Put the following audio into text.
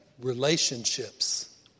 relationships